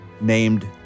named